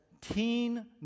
teen